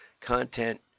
content